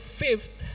fifth